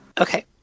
Okay